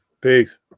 Peace